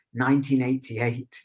1988